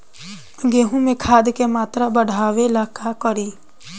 गेहूं में खाद के मात्रा बढ़ावेला का करी?